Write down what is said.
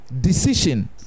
Decision